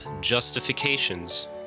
justifications